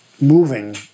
moving